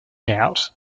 out